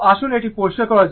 তো আসুন এটি পরিষ্কার করা যাক